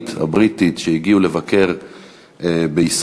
השמרנית הבריטית שהגיעו לבקר בישראל,